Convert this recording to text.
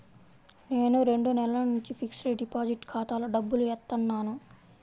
నేను రెండు నెలల నుంచి ఫిక్స్డ్ డిపాజిట్ ఖాతాలో డబ్బులు ఏత్తన్నాను